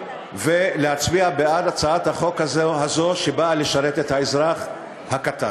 ולהצביע בעד הצעת החוק הזאת שבאה לשרת את האזרח הקטן.